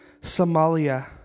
Somalia